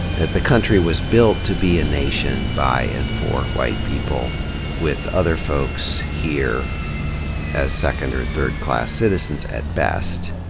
that the country was built to be a nation by and for white people with other folks here as second or third-class citizens at best,